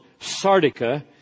Sardica